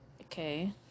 okay